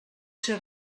ser